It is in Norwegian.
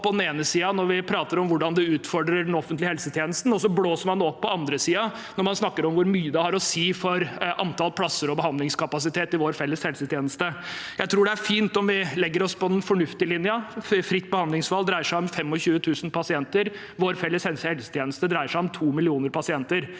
på den ene siden når vi prater om hvordan det utfordrer den offentlige helsetjenesten, og så blåser man det opp på den andre siden når man snakker om hvor mye det har å si for antall plasser og behandlingskapasitet i vår felles helsetjeneste. Jeg tror det er fint om vi legger oss på den fornuftige linjen. Fritt behandlingsvalg dreier seg om 25 000 pasienter. Vår felles helsetjeneste dreier seg om 2 millioner pasienter.